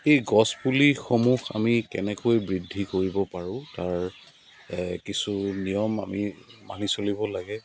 এই গছপুলিসমূহ আমি কেনেকৈ বৃদ্ধি কৰিব পাৰোঁ তাৰ কিছু নিয়ম আমি মানি চলিব লাগে